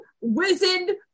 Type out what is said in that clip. wizened